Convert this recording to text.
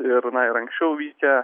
ir na ir anksčiau vykę